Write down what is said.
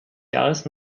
jahres